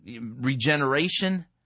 regeneration